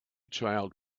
child